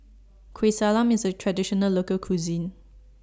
Kueh Salam IS A Traditional Local Cuisine